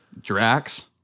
Drax